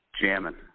jamming